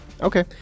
Okay